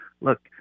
look